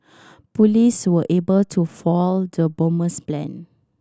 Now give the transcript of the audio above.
police were able to foil the bomber's plan